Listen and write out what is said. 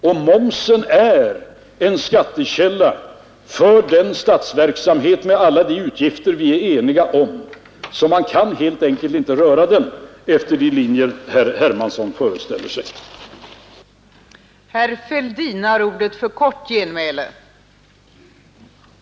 Men momsen är en sådan skattekälla för den statsverksamhet med åtföljande utgifter som vi alla är eniga om att man helt enkelt inte kan röra den efter de linjer som herr Hermansson föreställer sig vara möjliga.